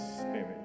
spirit